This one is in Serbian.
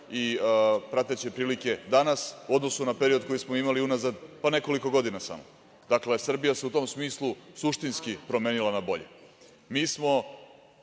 i prateće prilike danas, u odnosu na period koji smo imali unazad, pa, nekoliko godina samo. Dakle, Srbija se u tom smislu suštinski promenila na bolje. Mi